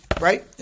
Right